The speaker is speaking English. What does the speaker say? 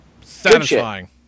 satisfying